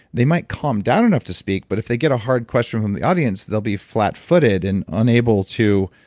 they might calm down enough to speak, but if they get a hard question from the audience, they'll be flat footed and unable to